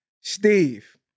Steve